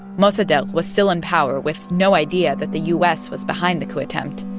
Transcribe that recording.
mossadegh was still in power with no idea that the u s. was behind the coup attempt.